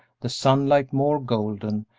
the sunlight more golden,